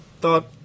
thought